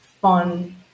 fun